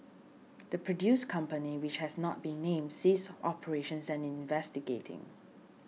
the produce company which has not been named ceased operations and is investigating